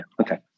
okay